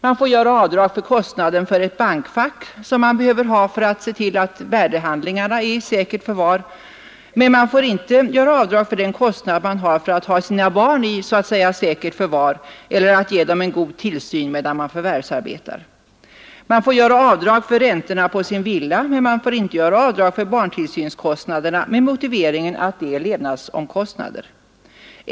Man får göra avdrag för kostnaden för ett bankfack som man behöver för att se till att värdehandlingarna är i säkert förvar, men man får inte göra avdrag för kostnaden för att ha sina barn så att säga i säkert förvar eller ge dem en god tillsyn medan man förvärvsarbetar. Man får göra avdrag för räntorna på sin villa, men man får inte göra avdrag för barntillsynskostnader, med motiveringen att de är levnadsomkostnader.